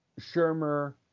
Shermer